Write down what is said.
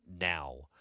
now